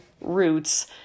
roots